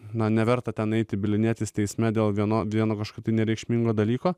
na neverta ten eiti bylinėtis teisme dėl vieno vieno kažkokio nereikšmingo dalyko